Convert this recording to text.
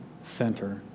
center